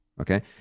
okay